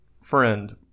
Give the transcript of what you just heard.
friend